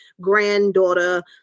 granddaughter